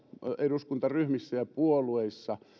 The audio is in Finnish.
eduskuntaryhmissä ja puolueissa